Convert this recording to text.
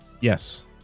Yes